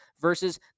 versus